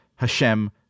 Hashem